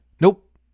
Nope